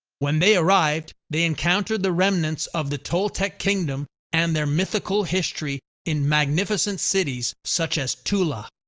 when they arrived, they encountered the remnants of the toltec kingdom and their mythical history in magnificent cities such as tula.